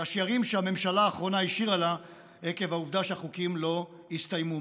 שהממשלה האחרונה השאירה לה עקב העובדה שהחוקים לא הסתיימו.